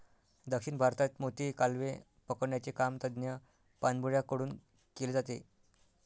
दक्षिण भारतात मोती, कालवे पकडण्याचे काम तज्ञ पाणबुड्या कडून केले जाते